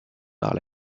par